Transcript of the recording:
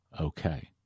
okay